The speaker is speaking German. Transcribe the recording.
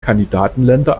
kandidatenländer